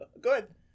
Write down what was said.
good